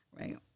right